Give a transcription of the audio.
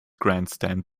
grandstand